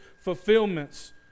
fulfillments